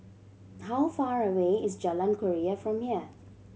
how far away is Jalan Keria from here